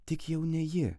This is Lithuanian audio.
tik jau ne ji